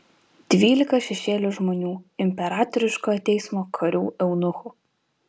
dvylika šešėlių žmonių imperatoriškojo teismo karių eunuchų